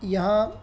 यहाँ